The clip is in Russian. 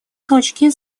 точкой